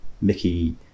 Mickey